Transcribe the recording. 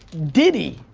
diddy,